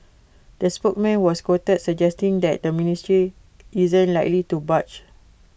the spokesman was quoted suggesting that the ministry isn't likely to budge